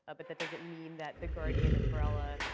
but but that doesn't mean that the guardian umbrella,